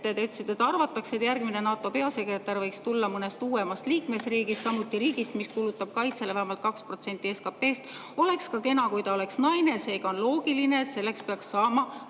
"Arvatakse, et järgmine NATO peasekretär võiks tulla mõnest uuemast liikmesriigist. Samuti riigist, mis kulutab kaitsele vähemal 2% SKP-st. Oleks ka kena, kui ta oleks naine. Seega on loogiline, et selleks peaks saama